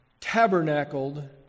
tabernacled